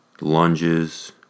lunges